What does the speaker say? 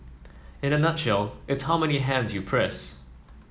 in a nutshell it's how many hands you press